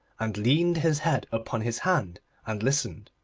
and leaned his head upon his hand and listened.